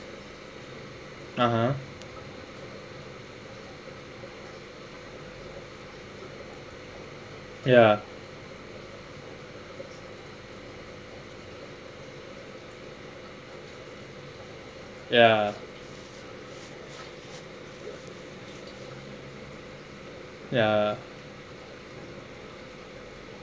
a'ah ya ya ya